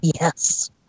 yes